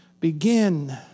begin